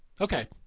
Okay